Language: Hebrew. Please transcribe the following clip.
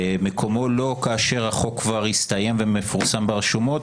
מקומו לא כאשר החוק כבר הסתיים ומפורסם ברשומות,